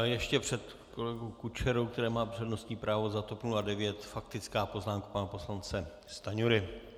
Ještě před kolegou Kučerou, který má přednostní právo za TOP 09, faktická poznámka pana poslance Stanjury.